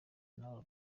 n’aba